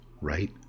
right